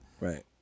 Right